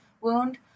wound